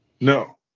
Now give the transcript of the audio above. no